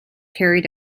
carried